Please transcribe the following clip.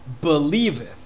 believeth